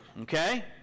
okay